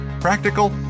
Practical